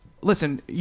listen